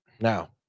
Now